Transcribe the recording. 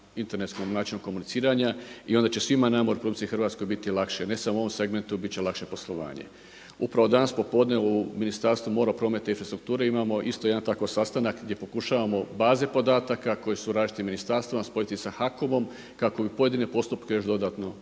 internetsku načinu komuniciranja i onda će svima nama u RH biti lakše, ne samo u ovom segmentu bit će lakše poslovanje. Upravo danas popodne u Ministarstvu mora, prometa i infrastrukture imamo isto jedan tako sastanak gdje pokušavamo baze podataka koje su različitim ministarstvima spojiti sa HAKOM-om kako bi pojedine postupke još dodatno